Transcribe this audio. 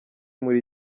muri